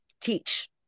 teach